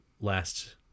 last